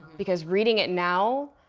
because reading it now